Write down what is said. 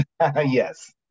Yes